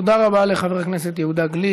תודה רבה לחבר הכנסת יהודה גליק.